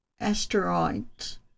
asteroids